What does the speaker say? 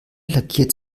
lackiert